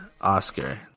Oscar